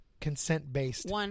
consent-based